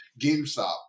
GameStop